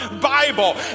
Bible